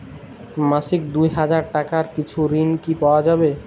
মাসিক দুই হাজার টাকার কিছু ঋণ কি পাওয়া যাবে?